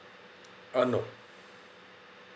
uh no